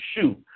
shoot